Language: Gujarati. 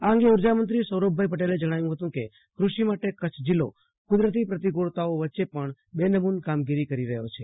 આ અંગે ઉર્જામંત્રી સૌરભ પટેલે જણાવ્યું હતું કે કૃષિ માટે કચ્છ જિલ્લો કુદરતો પ્રતિકળતા વચ ચે પણ બેનમુન કામગીરી કરો રહયો છે